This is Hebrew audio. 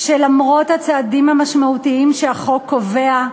שלמרות הצעדים המשמעותיים שהחוק קובע,